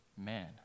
man